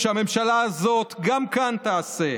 שהממשלה הזאת גם כאן תעשה,